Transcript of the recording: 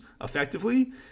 effectively